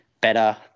better